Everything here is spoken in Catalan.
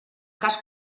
cas